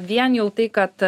vien jau tai kad